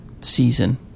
season